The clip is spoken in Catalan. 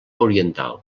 oriental